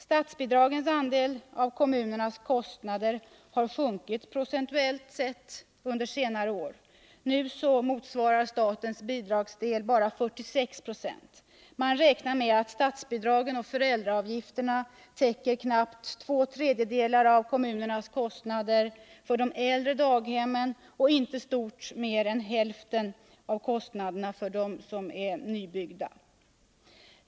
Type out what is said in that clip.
Statsbidragens andel av kommunernas kostnader har sjunkit procentuellt sett under senare år. Nu motsvarar statens bidragsdel bara 46 90. Man räknar med att statsbidragen och föräldraavgifterna täcker knappt två tredjedelar av kommunernas kostnader för de äldre daghemmen och inte stort mer än hälften av kostnaderna för dem som är nybyggda.